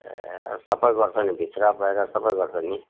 ए सबै गर्छ नि भित्र बाहिर सबै गर्छ नि